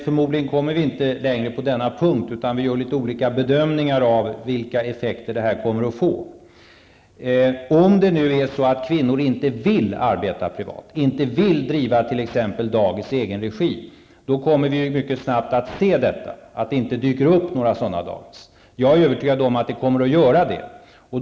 Förmodligen kommer vi inte längre på denna punkt. Vi gör olika bedömningar av vilka effekter detta kommer att få. Om det nu är så att kvinnor inte vill arbeta privat, inte vill driva t.ex. dagis i egen regi, då kommer vi mycket snabbt att se att det inte dyker upp några sådana dagis. Jag är övertygad om att sådana dagis kommer.